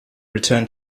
return